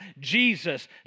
Jesus